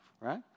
right